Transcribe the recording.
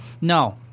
No